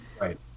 Right